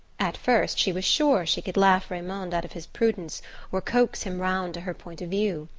at first she was sure she could laugh raymond out of his prudence or coax him round to her point of view.